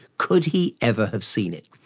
could he ever have seen it?